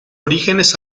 orígenes